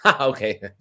Okay